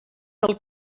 del